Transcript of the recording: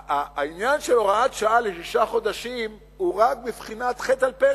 העניין של הוראת שעה לשישה חודשים הוא רק בבחינת חטא על פשע,